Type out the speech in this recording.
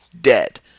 Dead